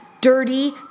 dirty